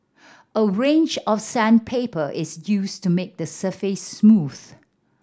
a range of sandpaper is used to make the surface smooth